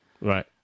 Right